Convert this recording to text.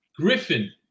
Griffin